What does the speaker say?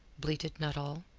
bleated nuttall.